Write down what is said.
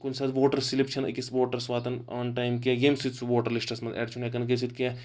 کُنہِ ساتہٕ voter slip چھنہٕ أکِس ووٹرَس واتان آن ٹایِم کینٛہہ ییٚمہِ سۭتۍ سُہ ووٹر لِسٹس منٛز اؠڈ چھُنہٕ ہؠکان گٔژھِتھ کینٛہہ